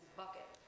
bucket